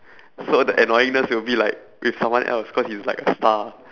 so the annoyingness will be like with someone else cause he's like a star